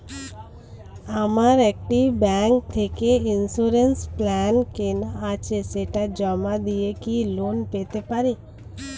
আমার একটি ব্যাংক থেকে ইন্সুরেন্স প্ল্যান কেনা আছে সেটা জমা দিয়ে কি লোন পেতে পারি?